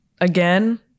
Again